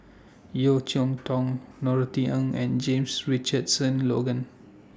Yeo Cheow Tong Norothy Ng and James Richardson Logan